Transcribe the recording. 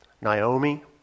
Naomi